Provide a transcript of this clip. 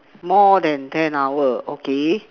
more than ten hour okay